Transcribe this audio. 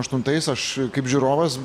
aštuntais aš kaip žiūrovas